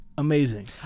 Amazing